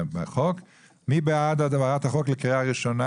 מי בעד אישור החוק לקריאה ראשונה?